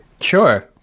sure